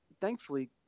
Thankfully